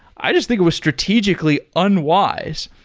i just think it was strategically unwise,